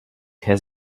has